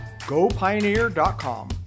GoPioneer.com